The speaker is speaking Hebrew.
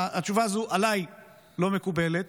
התשובה הזאת עליי לא מקובלת.